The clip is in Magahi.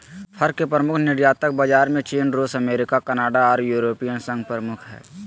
फर के प्रमुख निर्यातक बाजार में चीन, रूस, अमेरिका, कनाडा आर यूरोपियन संघ प्रमुख हई